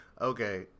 Okay